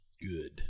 Good